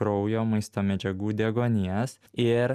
kraujo maisto medžiagų deguonies ir